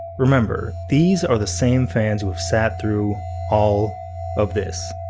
remember, these are the same fans who have sat through all of this.